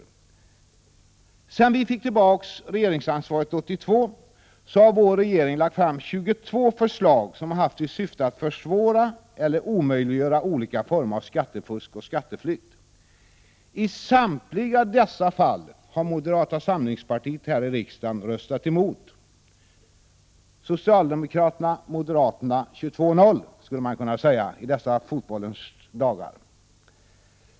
Sedan socialdemokraterna fick tillbaka regeringsansvaret 1982 har regeringen lagt fram 22 förslag som har haft till syfte att försvåra eller omöjliggöra olika former av skattefusk och skatteflykt. I samtliga dessa fall har moderata samlingspartiet här i riksdagen röstat mot dessa förslag. Man kan i dessa fotbollens dagar säga att det står 22-0 mellan socialdemokraterna och moderaterna.